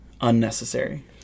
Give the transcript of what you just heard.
unnecessary